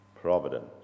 providence